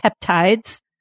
peptides